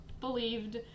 believed